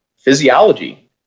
physiology